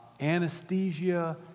Anesthesia